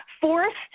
Forced